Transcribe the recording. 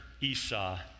Esau